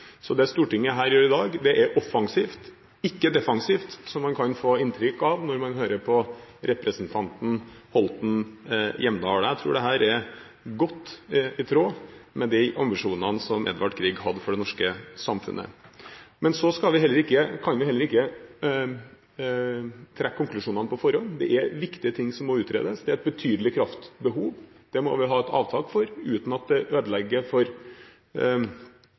Så det Stortinget gjør i dag, er offensivt, ikke defensivt, som man kan få inntrykk av når man hører på representanten Hjemdal. Jeg tror dette er godt i tråd med de ambisjonene som Edvard Grieg hadde for det norske samfunnet. Så kan vi heller ikke trekke konklusjonene på forhånd. Det er viktige ting som må utredes, det er et betydelig kraftbehov. Det må vi ha et avtak for uten at det ødelegger for